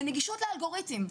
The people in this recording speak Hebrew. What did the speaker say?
לנגישות לאלגוריתם,